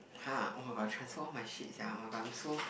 !huh! oh-my-god I transfer all my shit sia oh-my-god I'm so